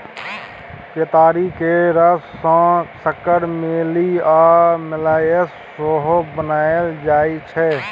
केतारी केर रस सँ सक्कर, मेली आ मोलासेस सेहो बनाएल जाइ छै